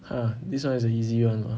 !huh! this [one] is a easy [one] lah